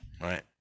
right